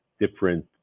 different